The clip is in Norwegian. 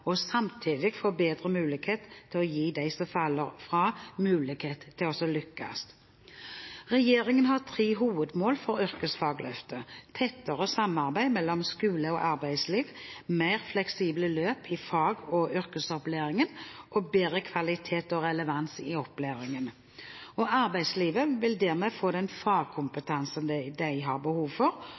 og samtidig få bedre mulighet til å gi dem som faller fra, mulighet til å lykkes. Regjeringen har tre hovedmål for Yrkesfagløftet: tettere samarbeid mellom skole og arbeidsliv, mer fleksible løp i fag- og yrkesopplæringen og bedre kvalitet og relevans i opplæringen. Arbeidslivet vil dermed få den fagkompetansen de har behov for,